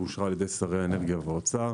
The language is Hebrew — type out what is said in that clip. ואושרה על ידי שרי האנרגיה והאוצר